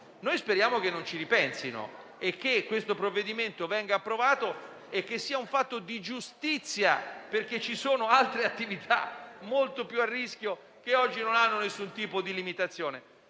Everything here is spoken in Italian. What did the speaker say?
Noi speriamo che non ci ripensino, che questo provvedimento venga approvato e che sia un fatto di giustizia, perché ci sono altre attività molto più a rischio che oggi non hanno nessun tipo di limitazione.